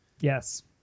yes